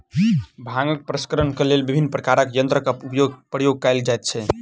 भांगक प्रसंस्करणक लेल विभिन्न प्रकारक यंत्रक प्रयोग कयल जाइत छै